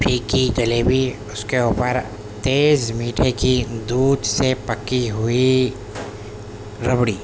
پھیکی جلیبی اس کے اوپر تیز میٹھے کی دودھ سے پکی ہوئی ربڑی